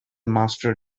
master